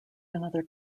another